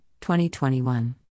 2021